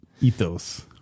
ethos